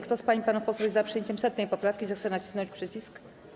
Kto z pań i panów posłów jest za przyjęciem 100. poprawki, zechce nacisnąć przycisk.